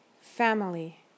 Family